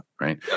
right